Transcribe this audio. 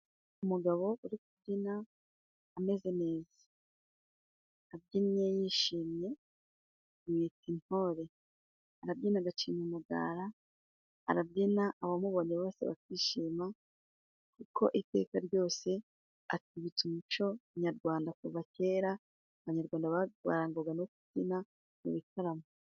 Umugabo uri kubyina ameze neza. Abyinnye yishimye, mwite intore. Arabyina agacinya umugara, arabyina abamubonye bose bakishima, kuko iteka ryose atwibutsa umuco nyarwanda. Kuva kera abanyarwanda barangwaga no kubyina mu bitaramo.